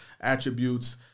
attributes